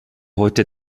heute